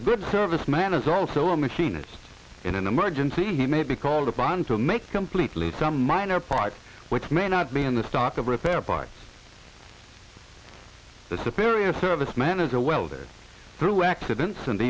a good serviceman is also a machinist in an emergency he may be called upon to make completely minor pipes which may not be in the stock of repair parts the superior service man is a welder through accidents and